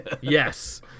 Yes